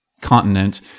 continent